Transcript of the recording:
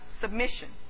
submission